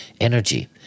energy